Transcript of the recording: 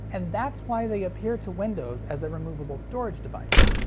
and that's why they appear to windows as a removable storage device.